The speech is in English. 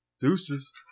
Deuces